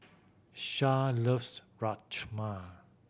Shad loves Rajma